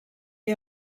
est